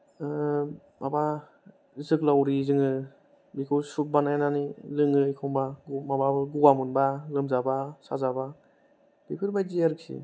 माबा जोग्लावरि जोङो बेखौ सुप बानायनानै लोङो एखम्बा माबा गगा मोनबा लोमजाबा साजाबा बेफोरबायदि आरोखि